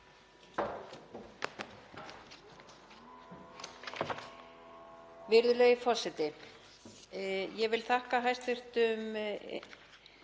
Virðulegi forseti. Ég vil þakka hæstv.